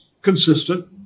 consistent